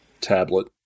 tablet